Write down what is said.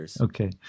Okay